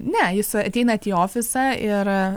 ne jūs ateinat į ofisą ir